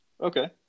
Okay